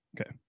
Okay